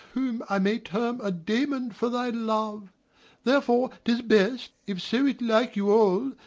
whom i may term a damon for thy love therefore tis best, if so it like you all,